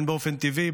באופן טבעי,